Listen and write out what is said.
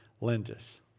lenses